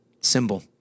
Symbol